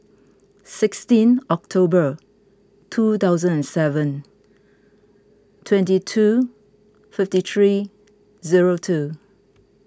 sixteenth October two thousand and seven twenty two fifty three zero two